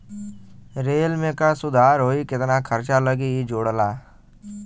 rail में का सुधार होई केतना खर्चा लगी इ जोड़ला